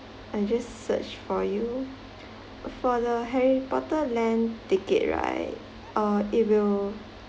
I just search for you for the harry potter land ticket right uh it will